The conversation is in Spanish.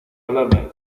hablarme